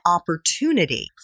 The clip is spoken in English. opportunity